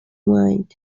wind